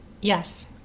Yes